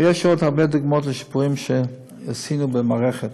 ויש עוד הרבה דוגמאות לשיפורים שעשינו במערכת.